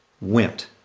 went